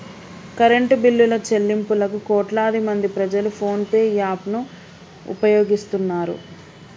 current బిల్లుల చెల్లింపులకు కోట్లాదిమంది ప్రజలు ఫోన్ పే యాప్ ను ఉపయోగిస్తున్నారు